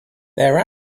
their